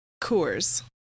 Coors